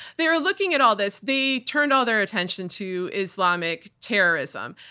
they were looking at all this, they turned all their attention to islamic terrorism.